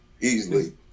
easily